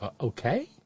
Okay